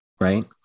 right